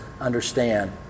understand